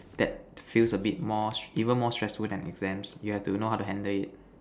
that feels a bit more stressful even more stressful than exams you have to know how to handle it